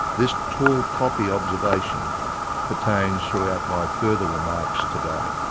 this tall poppy observation pertains throughout my further remarks today.